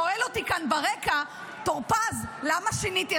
שואל אותי כאן ברקע טור פז למה שיניתי,